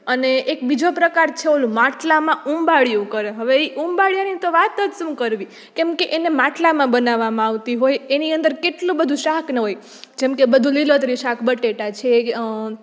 અને એક બીજો પ્રકાર છે ઓલું માટલાંમાં ઉંબાળિયું કરે હવે એ ઉંબાળિયુંની તો વાત જ શું કરવી કેમકે એને માટલાંમાં બનાવવામાં આવતી હોય એની અંદર કેટલું બધું શાકને હોય જેમકે લીલોતરી શાક જેમકે બટેટા છે